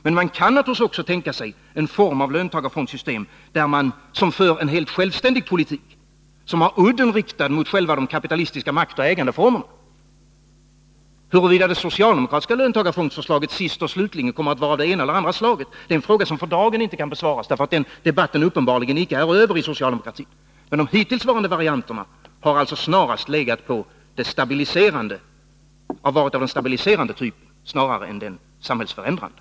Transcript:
Man kan naturligtvis också tänka sig en form av löntagarfondssystem där fonderna för en helt självständig politik som har udden riktad mot själva de kapitalistiska maktoch ägandeformerna. Frågan om det socialdemokratiska löntagarfondsförslaget sist och slutligen kommer att vara av det ena eller det andra slaget kan för dagen inte besvaras, eftersom den debatten inom socialdemokratin uppenbarligen inte är över. De hittillsvarande varianterna har snarare varit mer av den stabiliserande typen än den samhällsförändrande.